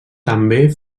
també